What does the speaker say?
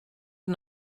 der